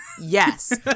Yes